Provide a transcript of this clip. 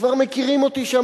כבר מכירים אותי שם,